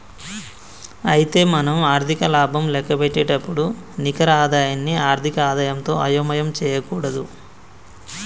అయితే మనం ఆర్థిక లాభం లెక్కపెట్టేటప్పుడు నికర ఆదాయాన్ని ఆర్థిక ఆదాయంతో అయోమయం చేయకూడదు